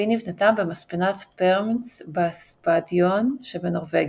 והיא נבנתה במספנת פרמנס בסנדפיורד שבנורווגיה,